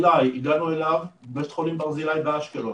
בית חולים ברזילי באשקלון.